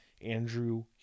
Andrew